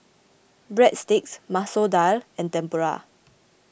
Breadsticks Masoor Dal and Tempura